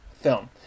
film